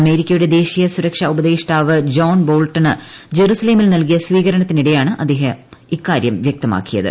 അമേരിക്കയുടെ ദേശീയ സുരക്ഷാ ഉപദേഷ്ടാവ് ജോൺ ബോൾട്ടണ് ജറുസലേമിൽ നൽകിയ സ്വീകരണത്തിനിടെയാണ് അദ്ദേഹം ഇക്കാര്യം വ്യക്തമാക്കിയത്